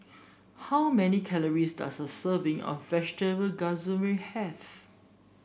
how many calories does a serving of Vegetable have